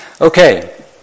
Okay